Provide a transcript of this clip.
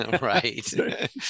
Right